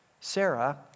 Sarah